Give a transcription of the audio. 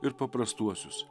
ir paprastuosius